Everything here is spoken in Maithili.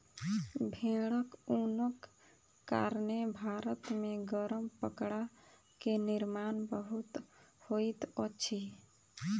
भेड़क ऊनक कारणेँ भारत मे गरम कपड़ा के निर्माण बहुत होइत अछि